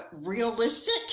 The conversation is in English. realistic